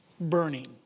burning